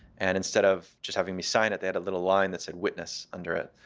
and instead of just having me sign it, they had a little line that said witness under it,